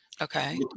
okay